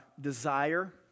desire